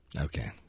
Okay